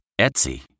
Etsy